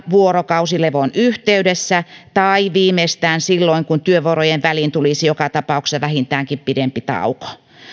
vuorokausilevon yhteydessä tai viimeistään silloin kun työvuorojen väliin tulisi joka tapauksessa vähintäänkin pidempi tauko